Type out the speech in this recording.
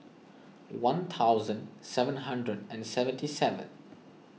one thousand seven hundred and seventy seven